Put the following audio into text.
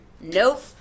Nope